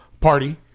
party